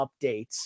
updates